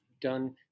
done